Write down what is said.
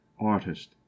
artist